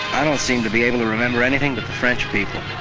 i don't seem to be able to remember anything but the french people.